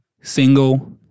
single